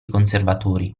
conservatori